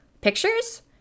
pictures